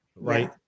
Right